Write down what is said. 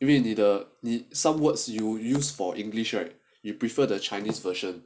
因为你的 need some words you use for english right you prefer the chinese version